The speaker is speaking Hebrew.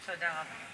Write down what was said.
לא.